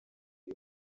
uyu